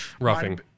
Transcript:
roughing